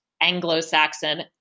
Anglo-Saxon